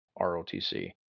ROTC